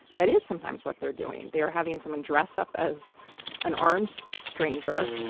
that is sometimes what they're doing. they are having someone dress up as an arms stranger.